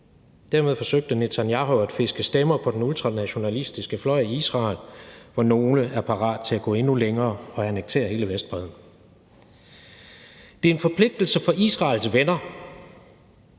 Dermed forsøgte Netanyahu at fiske stemmer på den ultranationalistiske fløj i Israel, hvor nogle er parate til at gå endnu længere og annektere hele Vestbredden. Det er en forpligtelse for Israels venner